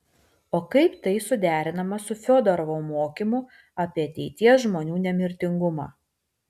o kaip tai suderinama su fiodorovo mokymu apie ateities žmonių nemirtingumą